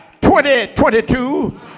2022